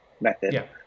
method